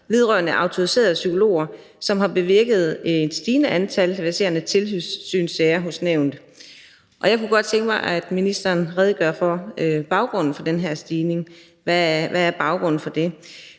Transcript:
vedrørende autoriserede psykologer, som har bevirket et stigende antal verserende tilsynssager hos nævnet. Jeg kunne godt tænke mig, at ministeren ville redegøre for, hvad baggrunden for den her stigning er. Der har jo som